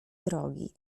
drogi